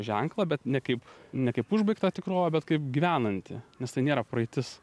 ženklą bet ne kaip ne kaip užbaigtą tikrovę bet kaip gyvenantį nes tai nėra praeitis